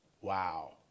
wow